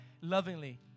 lovingly